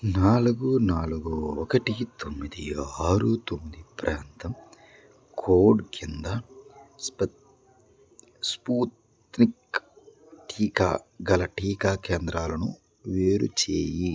నాలుగు నాలుగు ఒకటి తొమ్మిది ఆరు తొమ్మిది ప్రాంతం కోడ్ కింద స్పు స్పుత్నిక్ టీకా గల టీకా కేంద్రాలను వేరుచేయి